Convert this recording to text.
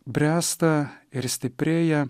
bręsta ir stiprėja